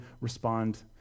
respond